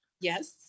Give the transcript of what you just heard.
Yes